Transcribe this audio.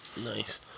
Nice